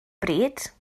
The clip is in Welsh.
bryd